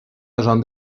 agents